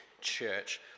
church